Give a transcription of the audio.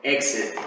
Exit